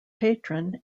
patron